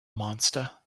monster